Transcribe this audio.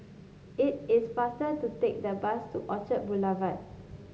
it is faster to take the bus to Orchard Boulevard